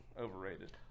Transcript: overrated